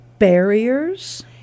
barriers